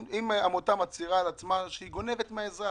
אם עמותה שהיא מצהירה על עצמה שהיא גונבת מהאזרח,